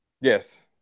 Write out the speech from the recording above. Yes